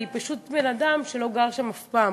היא פשוט של בן-אדם שלא גר שם אף פעם,